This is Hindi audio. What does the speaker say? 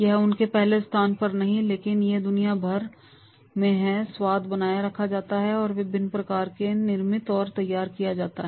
यह उनके पहले स्थान पर नहीं है लेकिन यह दुनिया भर में है स्वाद बनाए रखा जाता है और वह भी विभिन्न स्थानों पर निर्मित और तैयार किया जाता है